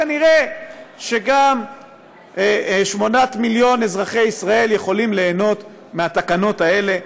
כנראה גם 8 מיליון אזרחי ישראל יכולים ליהנות מהתקנות האלה,